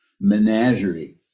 menagerie